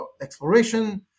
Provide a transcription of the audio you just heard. exploration